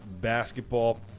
basketball